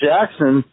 Jackson